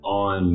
on